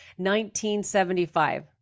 1975